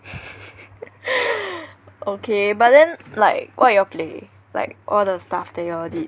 okay but then like what y'all play like all the stuff that y'all did